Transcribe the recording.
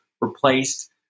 replaced